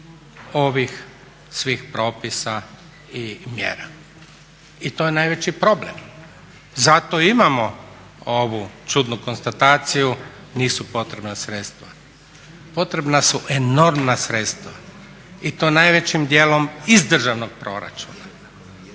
ovih svih propisa i mjera. I to je najveći problem. Zato i imamo ovu čudnu konstataciju nisu potrebna sredstva. Potrebna su enormna sredstva i to najvećim dijelom iz državnog proračuna.